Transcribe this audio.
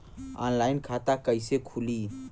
Online खाता कइसे खुली?